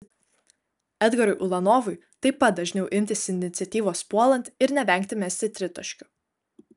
edgarui ulanovui taip pat dažniau imtis iniciatyvos puolant ir nevengti mesti tritaškių